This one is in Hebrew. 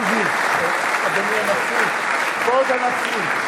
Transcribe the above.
אדוני הנשיא, כבוד הנשיא.